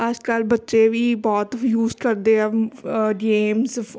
ਅੱਜ ਕੱਲ੍ਹ ਬੱਚੇ ਵੀ ਬਹੁਤ ਯੂਜ ਕਰਦੇ ਆ ਗੇਮਸ